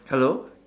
hello